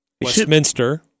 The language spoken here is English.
Westminster